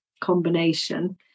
combination